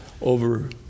over